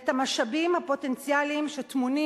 ואת המשאבים הפוטנציאליים שטמונים